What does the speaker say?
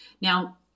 Now